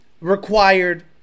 required